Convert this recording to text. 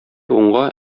уңга